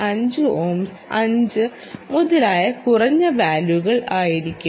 5 ohms 5 മുതലായ കുറഞ്ഞ വാല്യുകൾ ആയിരിക്കും